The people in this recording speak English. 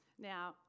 Now